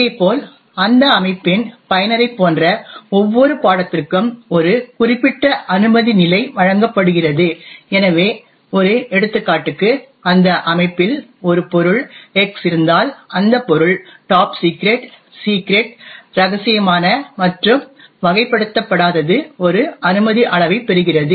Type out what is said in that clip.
இதேபோல் அந்த அமைப்பின் பயனரைப் போன்ற ஒவ்வொரு பாடத்திற்கும் ஒரு குறிப்பிட்ட அனுமதி நிலை வழங்கப்படுகிறது எனவே ஒரு எடுத்துக்காட்டுக்கு அந்த அமைப்பில் ஒரு பொருள் X இருந்தால் அந்த பொருள் டாப் சிக்ரெட் சிக்ரெட் இரகசியமான மற்றும் வகைப்படுத்தப்படாதது ஒரு அனுமதி அளவைப் பெறுகிறது